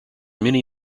many